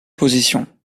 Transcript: positions